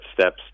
steps